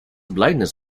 blindness